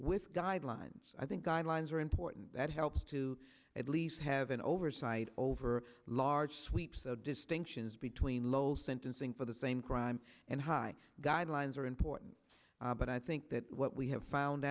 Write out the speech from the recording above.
with guidelines i think guidelines are important that helps to at least have an oversight over large sweeps the distinctions between low sentencing for the same crime and high guidelines are important but i think that what we have found